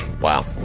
Wow